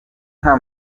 nta